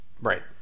Right